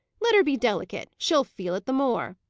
let her be delicate she'll feel it the more.